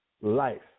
life